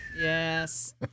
Yes